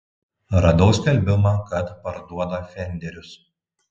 radau skelbimą kad parduoda fenderius